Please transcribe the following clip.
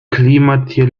klimaziel